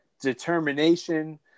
determination